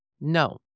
No